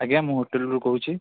ଆଜ୍ଞା ମୁଁ ହୋଟେଲରୁ କହୁଛି